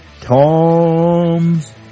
Tom's